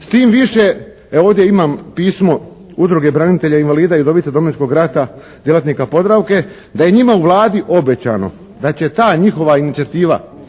s tim više, evo ovdje imam pismo udruge branitelja invalida i udovica Domovinskog rata djelatnika "Podravke" da je njima u Vladi obećano da će ta njihova inicijativa